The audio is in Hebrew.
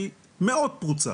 היא מאוד פרוצה.